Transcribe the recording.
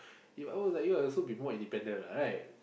If I was like you I also be more independent lah right